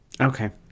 Okay